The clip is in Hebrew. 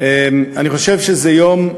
וקודם כול את יושב-ראש הוועדה, את ניסן